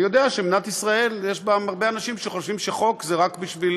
אני יודע שבמדינת ישראל יש הרבה אנשים שחושבים שזה חוק זה רק בשביל